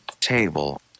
Table